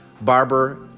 barber